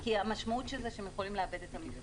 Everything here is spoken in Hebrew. המשמעות היא שהם יכולים לאבד את המכרז.